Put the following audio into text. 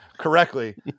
correctly